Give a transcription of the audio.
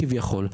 כביכול,